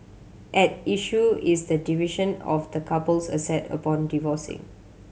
at issue is the division of the couple's asset upon divorcing